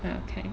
okay